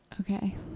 Okay